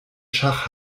schach